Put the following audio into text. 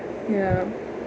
ya